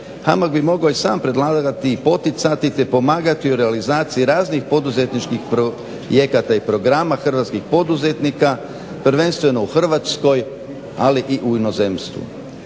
HAMAG bi mogao i sam predlagati, i poticati te pomagati u realizaciji raznih poduzetničkih projekata i programa hrvatskih poduzetnika prvenstveno u Hrvatskoj ali i u inozemstvu.